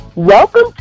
Welcome